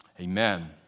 Amen